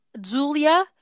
Julia